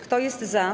Kto jest za?